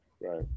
Right